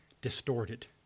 distorted